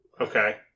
Okay